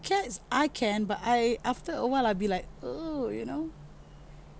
cats I can but I after awhile I'll be like oh you know